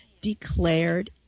declared